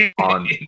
on